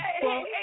hey